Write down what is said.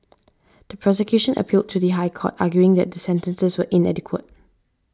the prosecution appealed to the High Court arguing that the sentences were inadequate